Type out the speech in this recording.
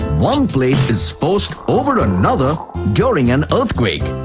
one plate is forced over another during an earthquake,